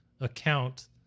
account